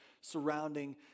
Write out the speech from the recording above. surrounding